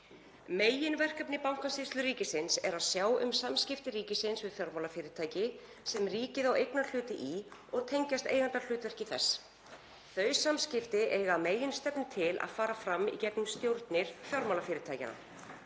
„Meginverkefni Bankasýslu ríkisins er að sjá um samskipti ríkisins við fjármálafyrirtæki sem ríkið á eignarhluti í og tengjast eigendahlutverki þess. Þau samskipti eiga að meginstefnu til að fara fram í gegnum stjórnir fjármálafyrirtækjanna.